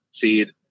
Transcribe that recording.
seed